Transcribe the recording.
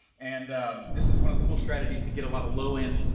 and this is one of the cool strategies to get a lot of low end,